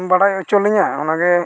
ᱵᱟᱲᱟᱭ ᱦᱚᱪᱚ ᱞᱤᱧᱟᱹ ᱚᱱᱟᱜᱮ